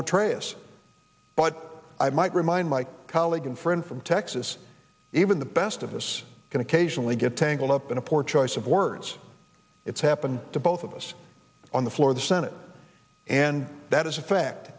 petraeus but i might remind my colleague and friend from texas even the best of us can occasionally get tangled up in a poor choice of words it's happened to both of us on the floor of the senate and that is a fact